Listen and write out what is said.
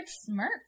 smirk